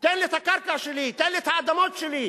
תן לי את הקרקע שלי, תן לי את האדמות שלי.